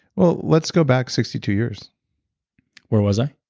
well, let's go back sixty two years where was i?